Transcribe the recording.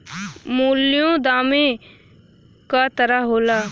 मूल्यों दामे क तरह होला